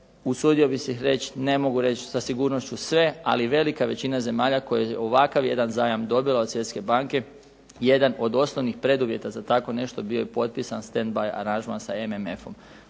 usudio bih se reći, ne mogu reći sa sigurnošću sve ali velika većina zemalja koja je ovakav jedan zajam dobila od Svjetske banke jedan od osnovnih preduvjeta za takvo nešto bio je potpisan Stand-by aranžman sa MMF-om.